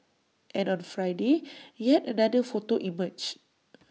and on Friday yet another photo emerged